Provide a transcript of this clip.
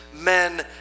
men